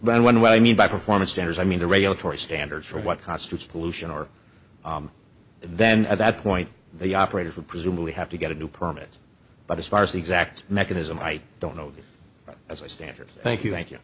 one where i mean by performance standards i mean the regulatory standard for what constitutes pollution or then at that point the operators would presumably have to get a new permit but as far as the exact mechanism i don't know as a standard thank you thank you